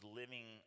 living